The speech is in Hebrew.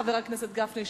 חבר הכנסת גפני,